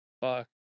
fuck